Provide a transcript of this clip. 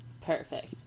perfect